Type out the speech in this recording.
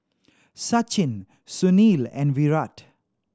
Sachin Sunil and Virat